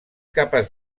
capaç